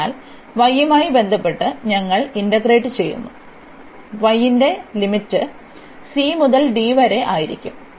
അതിനാൽ y യുമായി ബന്ധപ്പെട്ട് ഞങ്ങൾ ഇന്റഗ്രേറ്റ് ചെയ്യുo y ന്റെ ലിമിറ്റ് c മുതൽ d വരെ ആയിരിക്കും